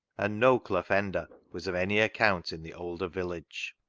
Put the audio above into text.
and no clough ender was of any account in the older village.